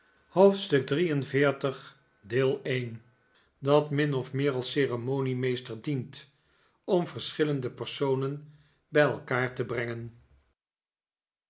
hoofdstuk xliii dat min of meer als ceremoniemeester dient om verschillende personen bij elkaar te brengen